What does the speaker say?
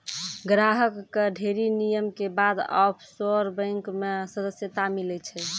ग्राहक कअ ढ़ेरी नियम के बाद ऑफशोर बैंक मे सदस्यता मीलै छै